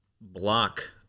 block